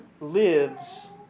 lives